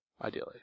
Ideally